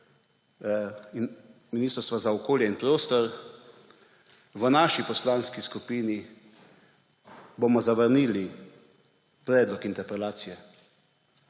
Ministrstvu za okolje in prostor, v naši poslanski skupini bomo zavrnili predlog interpelacije.